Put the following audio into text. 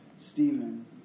Stephen